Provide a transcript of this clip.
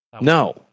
No